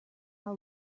out